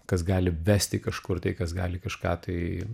kas gali vesti kažkur tai kas gali kažką tai